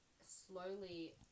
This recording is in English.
slowly